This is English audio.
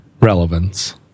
relevance